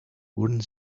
wurden